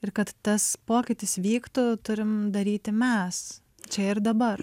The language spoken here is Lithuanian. ir kad tas pokytis vyktų turim daryti mes čia ir dabar